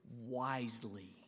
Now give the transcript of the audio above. wisely